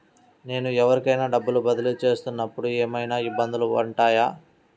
నేను ఎవరికైనా డబ్బులు బదిలీ చేస్తునపుడు ఏమయినా ఇబ్బందులు వుంటాయా?